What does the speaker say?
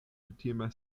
kutime